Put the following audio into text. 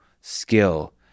skill